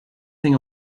thing